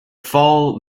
fall